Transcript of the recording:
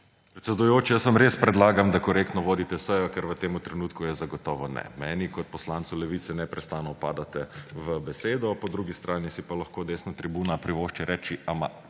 Predsedujoči, jaz vam res predlagam, da korektno vodite sejo, ker v tem trenutku je zagotovo ne. Meni kot poslancu Levice neprestano vpadate v besedo, po drugi strani si pa lahko desna tribuna privošči reči